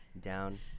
down